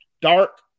dark